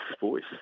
voice